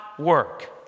work